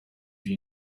you